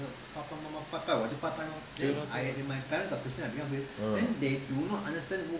对 lor 对 uh